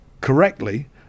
correctly